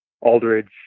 Aldridge